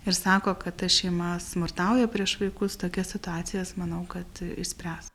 ir sako kad ta šeima smurtauja prieš vaikus tokias situacijas manau kad išspręs